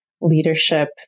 leadership